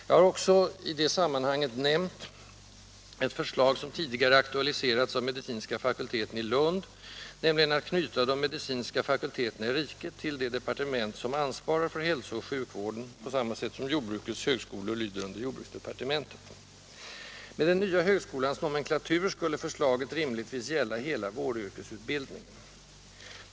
Jag har också i det sammanhanget nämnt ett förslag som tidigare aktualiserats av medicinska fakulteten i Lund, nämligen att knyta de medicinska fakulteterna i riket till det departement som ansvarar för hälsooch sjukvården, på samma sätt som jordbrukets högskolor lyder under jordbruksdepartementet. Med den nya högskolans nomenklatur skulle förslaget rimligtvis gälla hela vårdyrkesutbildningen.